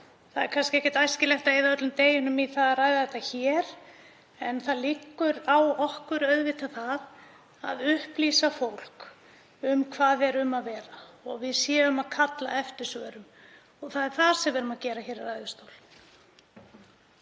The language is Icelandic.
það er kannski ekki æskilegt að eyða öllum deginum í það að ræða þetta en það hvílir auðvitað á okkur skylda að upplýsa fólk um hvað er um að vera, að við séum að kalla eftir svörum, og það er það sem við erum að gera hér í ræðustól.